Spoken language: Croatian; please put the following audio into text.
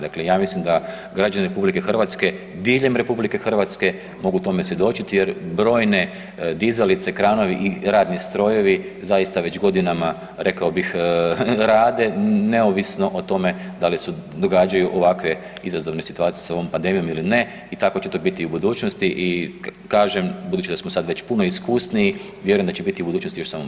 Dakle, ja mislim da građani RH, diljem RH mogu tome svjedočiti jer brojne dizalice, kranovi i radni strojevi zaista već godinama rekao bih, rade neovisno o tome da li se događaju ovakve izazovne situacije sa ovom pandemijom ili ne i tako će to biti i u budućnosti i kažem, budući da smo sad već puno iskusniji, vjerujem da će biti i u budućnosti još samo bolje.